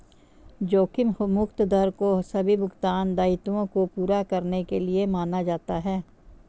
जोखिम मुक्त दर को सभी भुगतान दायित्वों को पूरा करने के लिए माना जाता है